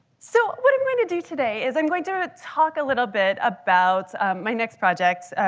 so what i'm going to do today is i'm going to talk a little bit about my next project,